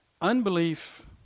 Unbelief